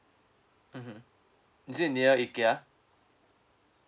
mmhmm is it near ikea